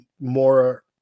more